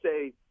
say